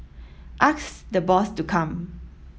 ask the boss to come